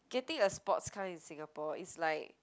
getting a sports car in Singapore is like